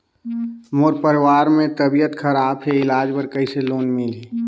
मोर परवार मे तबियत खराब हे इलाज बर कइसे लोन मिलही?